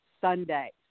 Sunday